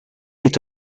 est